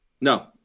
No